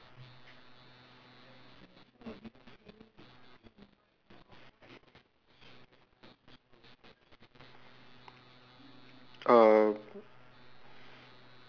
uh